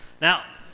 Now